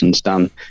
done